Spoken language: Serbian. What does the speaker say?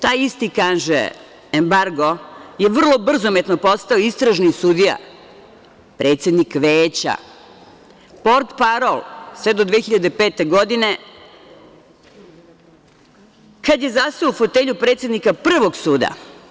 Taj isti kaže, embargo, je vrlo brzometno postao istražni sudija, predsednik veća, portparol, sve do 2005. godine kada je zaseo u fotelju predsednika Prvog suda.